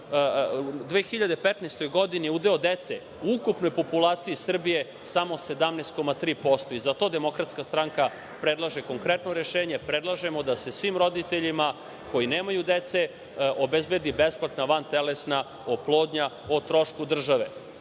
2015. godini, nažalost, udeo dece u ukupnoj populaciji Srbije je samo 17,3% i zato Demokratska stranka predlaže konkretno rešenje, a predlažemo da se svim roditeljima koji nemaju dece obezbedi besplatna vantelesna oplodnja o trošku države.